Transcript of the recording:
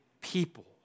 people